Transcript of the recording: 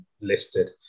listed